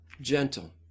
Gentle